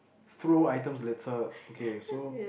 throw items litter okay so